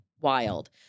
wild